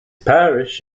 parish